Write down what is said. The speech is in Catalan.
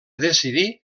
decidir